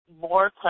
more